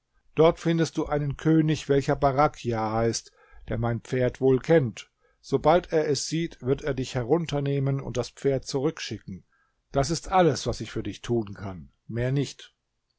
dort findest du einen könig welcher barachja heißt der mein pferd wohl kennt sobald er es sieht wird er dich herunternehmen und das pferd zurückschicken das ist alles was ich für dich tun kann mehr nicht